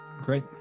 Great